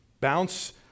bounce